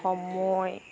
সময়